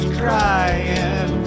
crying